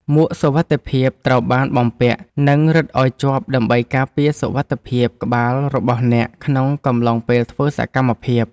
មួកសុវត្ថិភាពត្រូវបានបំពាក់ និងរឹតឱ្យជាប់ដើម្បីការពារសុវត្ថិភាពក្បាលរបស់អ្នកក្នុងកំឡុងពេលធ្វើសកម្មភាព។